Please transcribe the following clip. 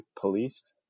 policed